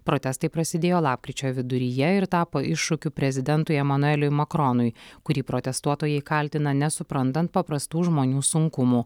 protestai prasidėjo lapkričio viduryje ir tapo iššūkiu prezidentui emanueliui makronui kurį protestuotojai kaltina nesuprantant paprastų žmonių sunkumų